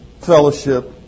fellowship